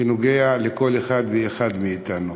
שנוגע בכל אחד ואחד מאתנו.